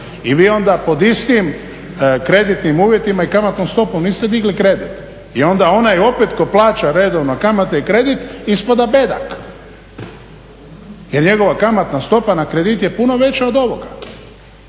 i vi onda pod istim kreditnim uvjetima i kamatnom stopom niste digli kredit. I onda onaj opet tko plaća redovno kamate i kredit ispada bedak, jer njegova kamatna stopa na kredit je puno veća od ovoga.